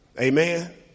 Amen